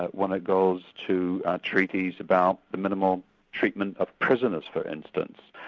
but when it goes to treaties about the minimal treatment of prisoners for instance,